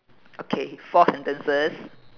okay four sentences